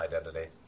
identity